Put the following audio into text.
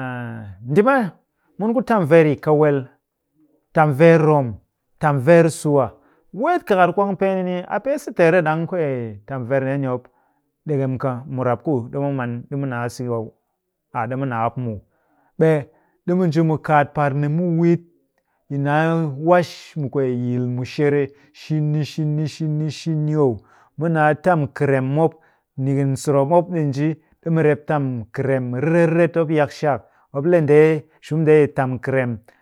ndi maa mun ku tam veer yi kawel. Tam veer rom, tam veer suwa, weet kakar kwnagpe ni ni, a pee se teer nde ɗang kwee tam veer ndeni mop ɗekem ka murap ku ɗimu man, ɗimu naa siki mop, aa ɗimu naa mop muw. Ɓe ɗimu nji mu kaat par ni mu wit yi naa wash mu kwee yil mushere shini shini shini shini oh. Mu naa tam kɨrem mop. Nikin sɨrop mop ɗi nji ɗi mɨrep tam kɨrem riret riret mop yak shak. Mop le ndee, shum ndee yi tam kɨrem.